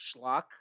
schlock